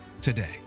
today